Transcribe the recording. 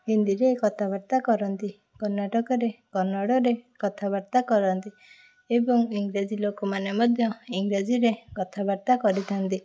ହିନ୍ଦୀରେ କଥାବାର୍ତ୍ତା କରନ୍ତି କର୍ଣ୍ଣାଟକରେ କନ୍ନଡ଼ରେ କଥାବାର୍ତ୍ତା କରନ୍ତି ଏବଂ ଇଂରାଜୀ ଲୋକମାନେ ମଧ୍ୟ ଇଂରାଜୀରେ କଥାବାର୍ତ୍ତା କରିଥାନ୍ତି